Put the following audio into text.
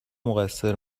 مقصر